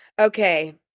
Okay